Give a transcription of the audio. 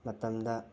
ꯃꯇꯝꯗ